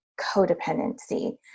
codependency